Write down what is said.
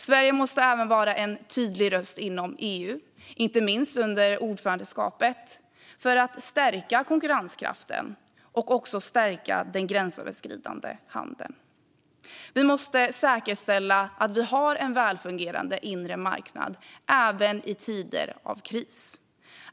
Sverige måste även vara en tydlig röst inom EU, inte minst under ordförandeskapet, för att stärka konkurrenskraften och den gränsöverskridande handeln. Man måste säkerställa att det finns en välfungerande inre marknad, även i tider av kris.